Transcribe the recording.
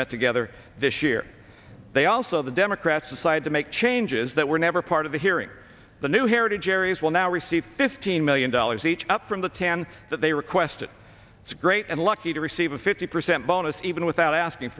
met together this year they also the democrats decided to make changes that were never part of the hearing the new heritage areas will now receive fifteen million dollars each up from the tan that they requested it's great and lucky to receive a fifty percent bonus even without asking